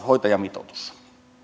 hoitajamitoitus